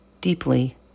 deeply